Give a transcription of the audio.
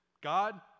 God